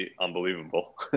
unbelievable